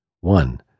one